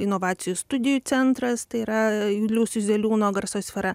inovacijų studijų centras tai yra juliaus juzeliūno garso sfera